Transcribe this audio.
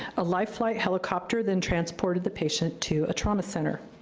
a life flight helicopter then transported the patient to a trauma center.